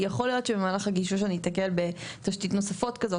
יכול להיות שבמהלך הגישוש אני אתקל בתשתיות נוספות כזאת.